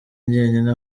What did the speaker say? njyenyine